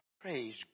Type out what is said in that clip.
Praise